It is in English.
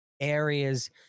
areas